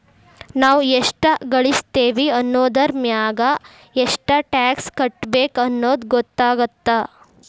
ನಾವ್ ಎಷ್ಟ ಗಳಸ್ತೇವಿ ಅನ್ನೋದರಮ್ಯಾಗ ಎಷ್ಟ್ ಟ್ಯಾಕ್ಸ್ ಕಟ್ಟಬೇಕ್ ಅನ್ನೊದ್ ಗೊತ್ತಾಗತ್ತ